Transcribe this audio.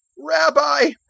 rabbi,